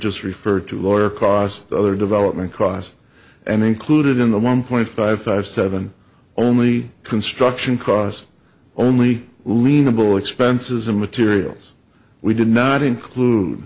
just referred to lawyer cost the other development cost and included in the one point five five seven only construction cost only lena boy expenses and materials we did not include